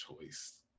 choice